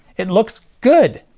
it looks good.